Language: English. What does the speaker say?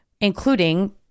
including